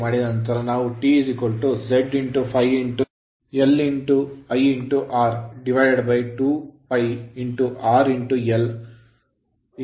ಈಗ aradius ತ್ರಿಜ್ಯದಲ್ಲಿ cross sectional ಅಡ್ಡ ವಿಭಾಗ flux ಫ್ಲಕ್ಸ್ ಪಥ ಅಂದರೆ ಇದು ಸಿಲಿಂಡರ್ ಮೇಲ್ಮೈ ವಿಸ್ತೀರ್ಣ 2π rl ಒಂದು ವೇಳೆ 'l' ಉದ್ದವಾಗಿದ್ದರೆ 'r' ತ್ರಿಜ್ಯ ಮತ್ತು a ತ್ರಿಜ್ಯದಲ್ಲಿ flux ಫ್ಲಕ್ಸ್ ಪಥವಾಗಿದೆ